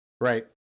Right